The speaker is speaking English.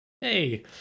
Hey